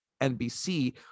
NBC